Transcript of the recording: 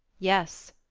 yes,